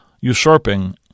usurping